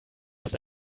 ist